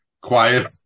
quiet